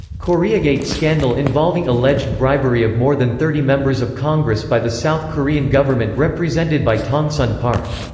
koreagate scandal involving alleged bribery of more than thirty members of congress by the south korean government represented by tongsun park.